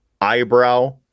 eyebrow